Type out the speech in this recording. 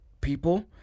people